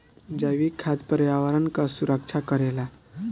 जैविक खाद पर्यावरण कअ सुरक्षा करेला